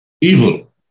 evil